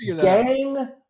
gang